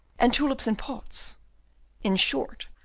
and tulips in pots in short,